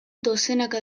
dozenaka